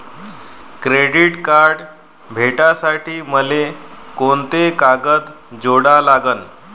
Credit card भेटासाठी मले कोंते कागद जोडा लागन?